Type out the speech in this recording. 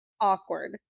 awkward